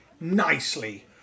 nicely